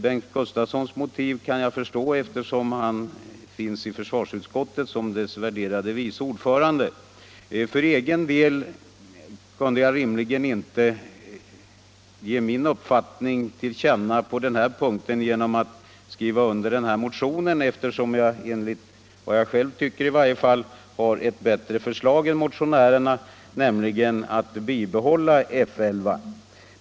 Bengt Gustavssons motiv kan jag förstå eftersom han tillhör försvarsutskottet som dess värderade vice ordförande. För egen del kunde jag rimligen inte ge min uppfattning till känna på den här punkten genom att skriva under denna motion, eftersom jag, enligt vad jag själv tycker i varje fall, har ett bättre förslag än motionärerna, nämligen att bibehålla F 11.